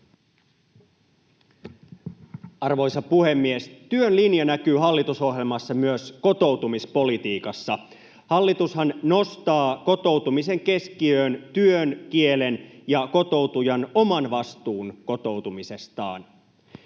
Arvoisa puhemies! Työn linja näkyy hallitusohjelmassa myös kotoutumispolitiikassa. Hallitushan nostaa kotoutumisen keskiöön työn, kielen ja kotoutujan oman vastuun kotoutumisestaan.